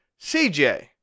CJ